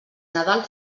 nadal